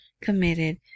committed